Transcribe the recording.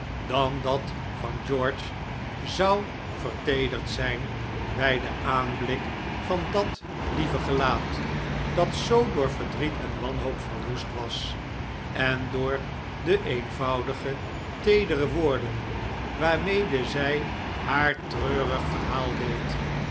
dan dat van george zou verteederd zijn bij den aanblik van dat lieve gelaat dat zoo door verdriet en wanhoop verwoest was en door de eenvoudige teedere woorden waarmede zij haar treurig verhaal deed